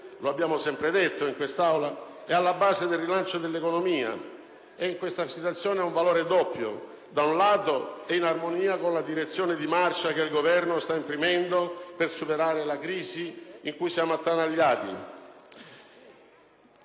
lo abbiamo sempre detto in quest'Aula - è alla base del rilancio dell'economia e in questa situazione ha un valore doppio: da un lato, è in armonia con la direzione di marcia che il Governo sta imprimendo per superare la crisi nella quale siamo attanagliati;